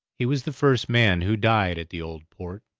he was the first man who died at the old port,